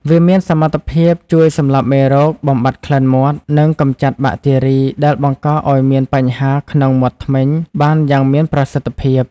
វាមានសមត្ថភាពជួយសម្លាប់មេរោគ បំបាត់ក្លិនមាត់ និងកម្ចាត់បាក់តេរីដែលបង្កឲ្យមានបញ្ហាក្នុងមាត់ធ្មេញបានយ៉ាងមានប្រសិទ្ធភាព។